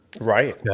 right